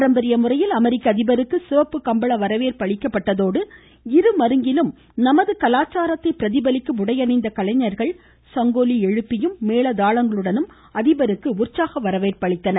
பாரம்பரிய முறையில் அமெரிக்க அதிபருக்கு சிவப்பு கம்பள வரவேற்பு அளிக்கப்பட்டதோடு இருமருங்கிலும் நமது கலாச்சாரத்தை பிரதிபலிக்கும் உடையணிந்த கலைஞர்கள் சங்கொலியெழுப்பியம் மேள தாளங்களுடனும் அதிபருக்கு உற்சாக வரவேற்பு அளித்தனர்